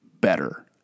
better